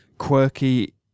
Quirky